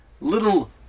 little